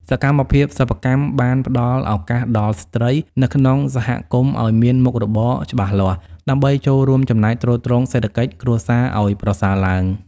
សកម្មភាពសិប្បកម្មបានផ្ដល់ឱកាសដល់ស្ត្រីនៅក្នុងសហគមន៍ឱ្យមានមុខរបរច្បាស់លាស់ ដើម្បីចូលរួមចំណែកទ្រទ្រង់សេដ្ឋកិច្ចគ្រួសារឱ្យប្រសើរឡើង។